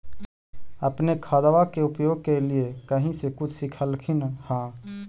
अपने खादबा के उपयोग के लीये कही से कुछ सिखलखिन हाँ?